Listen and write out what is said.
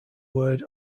word